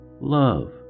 love